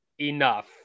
enough